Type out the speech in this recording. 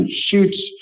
shoots